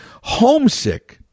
Homesick